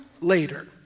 later